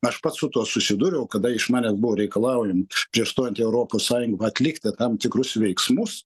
aš pats su tuo susidūriau kada iš manęs buvo reikalaujam prieš stojant į europos sąjung atlikti tam tikrus veiksmus